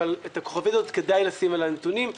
אבל את הכוכבית הזאת כדאי לשים על הנתונים.